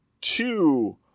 two